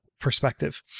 perspective